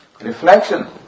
reflection